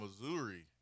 Missouri